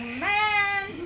man